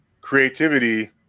creativity